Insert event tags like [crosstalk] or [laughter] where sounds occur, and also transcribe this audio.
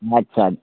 [unintelligible]